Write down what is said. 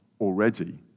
already